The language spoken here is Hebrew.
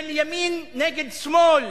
של ימין נגד שמאל,